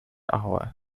hour